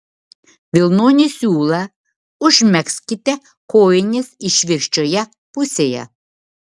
vilnonį siūlą užmegzkite kojinės išvirkščioje pusėje